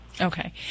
Okay